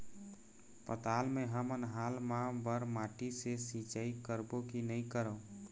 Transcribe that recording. पताल मे हमन हाल मा बर माटी से सिचाई करबो की नई करों?